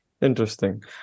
Interesting